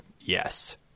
Yes